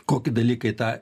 kokie dalykai tą